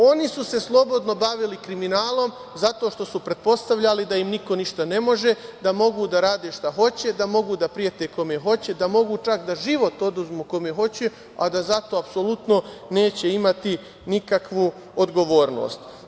Oni su se slobodno bavili kriminalom zato što su pretpostavljali da im niko ništa ne može, da mogu da rade šta hoće, da mogu da prete kome hoće, da mogu čak da život oduzmu kome hoće, a da za to apsolutno neće imati nikakvu odgovornost.